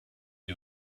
you